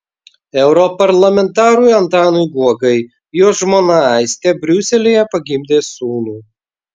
europarlamentarui antanui guogai jo žmona aistė briuselyje pagimdė sūnų